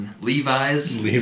Levi's